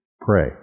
Pray